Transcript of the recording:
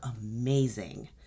amazing